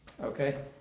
Okay